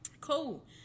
cool